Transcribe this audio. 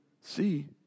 see